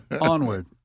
Onward